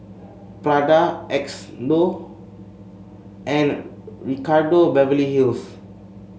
Prada Xndo and Ricardo Beverly Hills